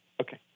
Okay